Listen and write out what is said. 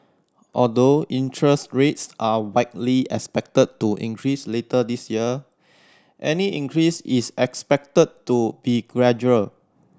although interest rates are widely expected to increase later this year any increase is expected to be gradual